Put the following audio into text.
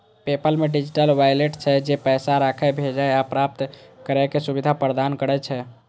PayPal मे digital wallet छै, जे पैसा राखै, भेजै आ प्राप्त करै के सुविधा प्रदान करै छै